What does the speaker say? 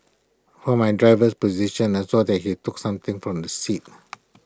from my driver's position I saw that he took something from the seat